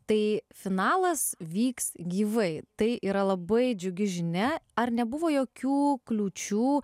tai finalas vyks gyvai tai yra labai džiugi žinia ar nebuvo jokių kliūčių